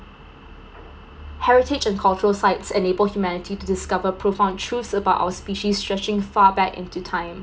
heritage and cultural site enable humanity to discover profound truth about our species searching far back into time